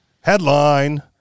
Headline